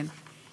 כן.